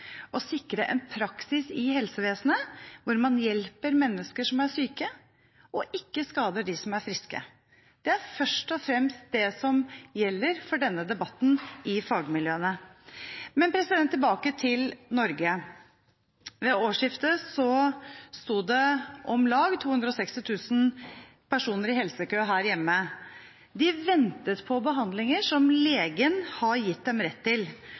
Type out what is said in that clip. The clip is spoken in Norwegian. å sikre en praksis i helsevesenet hvor man hjelper mennesker som er syke, og ikke skader dem som er friske. Det er først og fremst det som gjelder for denne debatten i fagmiljøene. Men tilbake til Norge: Ved årsskiftet sto det om lag 260 000 personer i helsekø her hjemme. De ventet på behandlinger som legen har gitt dem rett til.